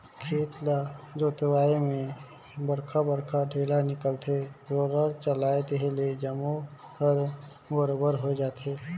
खेत ल जोतवाए में बड़खा बड़खा ढ़ेला निकलथे, रोलर चलाए देहे ले जम्मो हर बरोबर होय जाथे